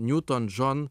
newton john